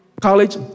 college